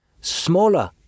smaller